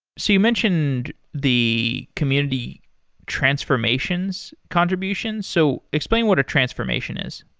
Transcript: so you mentioned the community transformations contributions. so explain what a transformation is.